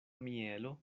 mielo